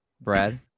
Brad